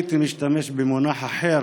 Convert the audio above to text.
הייתי משתמש במונח אחר